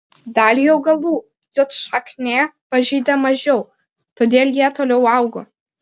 dalį augalų juodšaknė pažeidė mažiau todėl jie toliau augo